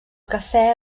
cafè